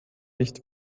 nicht